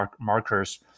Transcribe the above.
markers